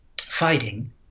fighting